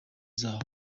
zabo